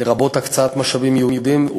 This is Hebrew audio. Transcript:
לרבות הקצאת משאבים ייעודיים,